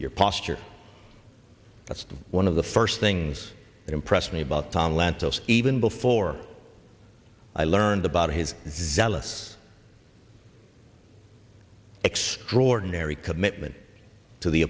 your posture that's one of the first things that impressed me about tom lantos even before i learned about his zealous extraordinary commitment to the